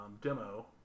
demo